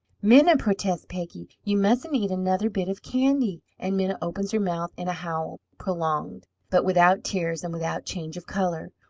minna, protests peggy, you mustn't eat another bit of candy! and minna opens her mouth in a howl, prolonged, but without tears and without change of colour.